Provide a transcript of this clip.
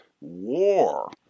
war